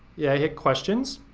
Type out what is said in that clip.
yeah hit questions.